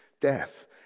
Death